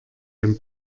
dem